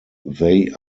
they